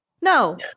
No